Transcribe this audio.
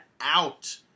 Out